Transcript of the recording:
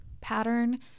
pattern